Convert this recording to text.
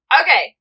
okay